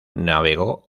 navegó